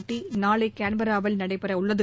போட்டி நாளை கான்பெராவில் நடைபெற உள்ளது